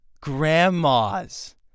grandmas